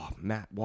Matt